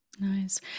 Nice